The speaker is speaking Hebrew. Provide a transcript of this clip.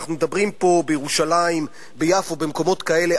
אנחנו מדברים פה בירושלים, ביפו, במקומות כאלה.